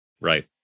Right